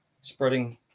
spreading